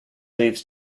leads